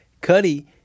Cuddy